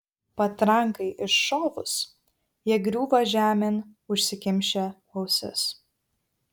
patrankai iššovus jie griūva žemėn užsikimšę ausis